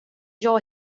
jag